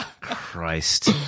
Christ